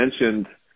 mentioned